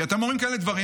כי אתם אומרים כאלה דברים,